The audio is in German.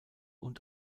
und